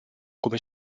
come